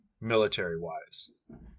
military-wise